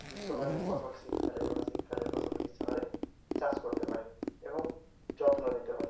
গীষ্মকালের ফসল শীতকালে বা শীতকালের ফসল গীষ্মকালে চাষ করতে পারি এবং যত্ন নিতে পারি